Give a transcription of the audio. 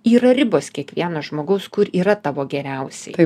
yra ribos kiekvieno žmogaus kur yra tavo geriausiai